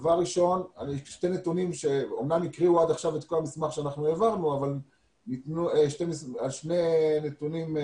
אמנם הקריאו עד עכשיו את המסמך שהעברנו אבל דילגו על שני נתונים.